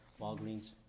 Walgreens